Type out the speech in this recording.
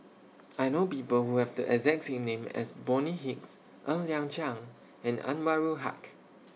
I know People Who Have The exact name as Bonny Hicks Ng Liang Chiang and Anwarul Haque